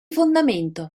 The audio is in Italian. fondamento